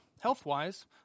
health-wise